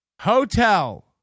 hotel